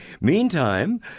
Meantime